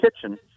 kitchen